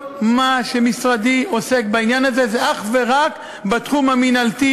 משרדי עוסק בעניין הזה אך ורק בתחום המינהלתי.